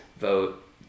Vote